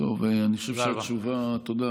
טוב, אני חושב שהתשובה, תודה רבה.